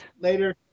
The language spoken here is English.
Later